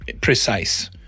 precise